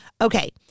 Okay